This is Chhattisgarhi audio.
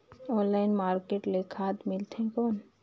ऑनलाइन मार्केट ले खाद मिलथे कौन?